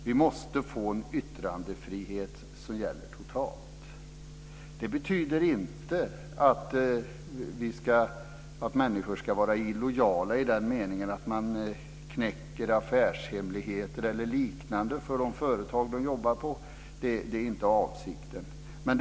Vi måste få en yttrandefrihet som gäller totalt. Det betyder inte att människor ska vara illojala i den meningen att de knäcker affärshemligheter eller liknande för de företag de jobbar på. Det är inte avsikten.